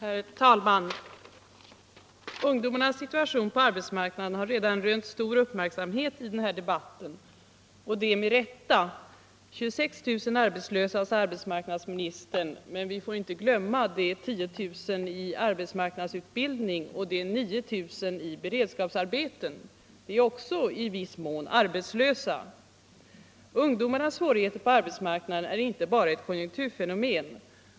Herr talman! Ungdomarnas situation på arbetsmarknaden har redan rönt stor uppmärksamhet i den här debatten, och det med rätta. 26 000 är arbetslösa, sade arbetsmarknadsministern. Men vi får inte glömma de 10 000 i arbetsmarknadsutbildning och de 9 000 i beredskapsarbete. De är också i viss mån arbetslösa. Ungdomarnas svårigheter på arbetsmarknaden är inte bara ett konjunkturfenomen.